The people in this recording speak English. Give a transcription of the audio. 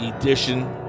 edition